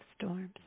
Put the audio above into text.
storms